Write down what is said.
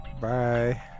Bye